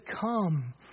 Come